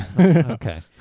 okay